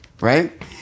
right